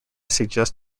suggest